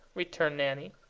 returned nanny.